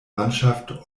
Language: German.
mannschaft